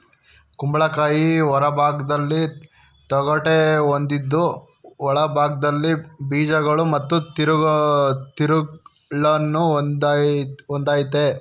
ಕುಂಬಳಕಾಯಿ ಹೊರಭಾಗ್ದಲ್ಲಿ ತೊಗಟೆ ಹೊಂದಿದ್ದು ಒಳಭಾಗ್ದಲ್ಲಿ ಬೀಜಗಳು ಮತ್ತು ತಿರುಳನ್ನು ಹೊಂದಯ್ತೆ